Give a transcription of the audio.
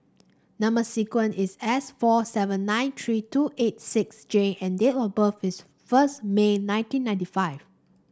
number sequence is S four seven nine three two eight six J and date of birth is first May nineteen ninety five